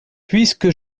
puisque